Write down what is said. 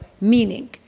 meaning